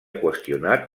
qüestionat